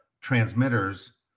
transmitters